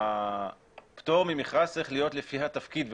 הפטור ממכרז צריך להיות לפי התפקיד,